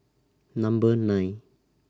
Number nine